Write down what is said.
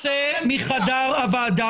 צא מהוועדה.